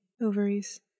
ovaries